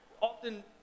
often